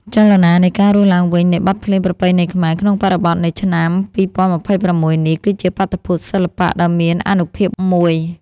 ចលនានៃការរស់ឡើងវិញនៃបទភ្លេងប្រពៃណីខ្មែរ ក្នុងបរិបទនៃឆ្នាំ ២០២៦ នេះ គឺជាបាតុភូតសិល្បៈដ៏មានអានុភាពមួយ។